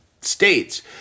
states